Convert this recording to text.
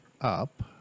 up